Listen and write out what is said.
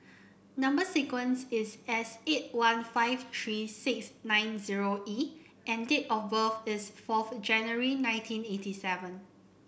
number sequence is S eight one five three six nine zero E and date of birth is fourth January nineteen eighty seven